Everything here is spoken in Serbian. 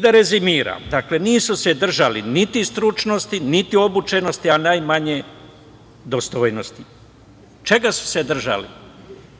Da rezimiram. Dakle, nisu se držali niti stručnosti, niti obučenosti, a najmanje dostojnosti. Čega su se držali?